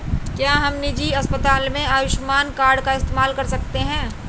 क्या हम निजी अस्पताल में आयुष्मान कार्ड का इस्तेमाल कर सकते हैं?